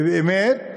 ובאמת,